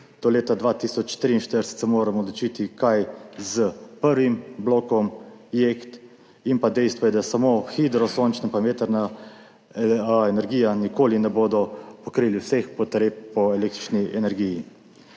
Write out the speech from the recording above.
do leta 2043 se moramo odločiti, kaj s prvim blokom JEK, in dejstvo je, da samo hidro-sončna in vetrna energija nikoli ne bosta pokrili vseh potreb po električni energiji.